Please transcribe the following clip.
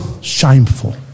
shameful